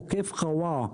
עוקף חווארה,